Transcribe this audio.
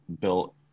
built